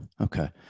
Okay